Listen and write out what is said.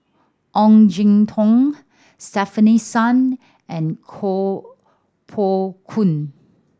Ong Jin Teong Stefanie Sun and Koh Poh Koon